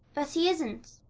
but he isn't.